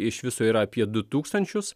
iš viso yra apie du tūkstančius